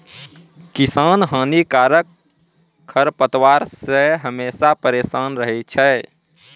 किसान हानिकारक खरपतवार से हमेशा परेसान रहै छै